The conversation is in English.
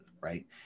right